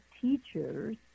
teachers